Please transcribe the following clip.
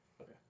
Okay